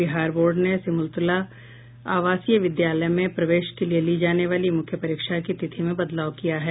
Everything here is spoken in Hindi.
बिहार बोर्ड ने सिमूलतला आवासीय विद्यालय में प्रवेश के लिए ली जाने वाली मूख्य परीक्षा की तिथि में बदलाव किया है